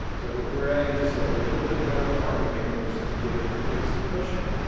so we're adding just so a little bit more to the market maker moves to give it give it some cushion,